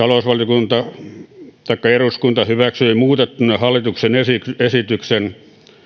on että eduskunta hyväksyy muutettuna hallituksen esitykseen